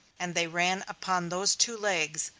and they ran upon those two legs,